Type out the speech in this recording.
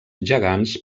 gegants